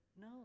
No